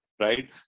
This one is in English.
right